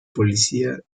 policía